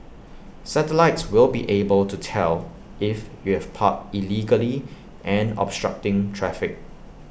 satellites will be able to tell if you have parked illegally and obstructing traffic